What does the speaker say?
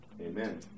Amen